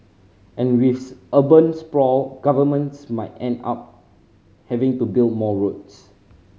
and with urban sprawl governments might end up having to build more roads